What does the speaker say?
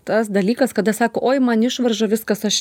tas dalykas kada sako oi man išvarža viskas aš